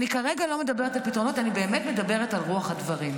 כרגע אני לא מדברת על פתרונות,